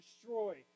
destroy